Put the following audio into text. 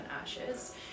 ashes